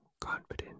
confident